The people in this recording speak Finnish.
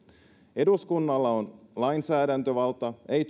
eduskunnalla on lainsäädäntövalta ei